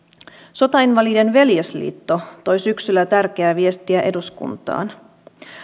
sotainvalidien veljesliitto toi syksyllä tärkeää viestiä eduskuntaan